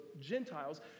Gentiles